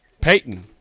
Peyton